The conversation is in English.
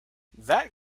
that